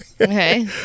Okay